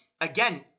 again